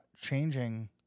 changing